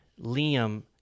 Liam